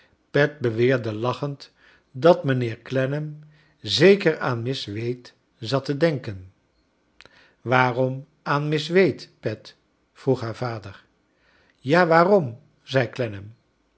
pet beweerde lachend dafc mijnheer clennam zeker aan miss wade zat to denken waarom aan miss wade pet vroeg haar vader ja waarom zei